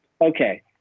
okay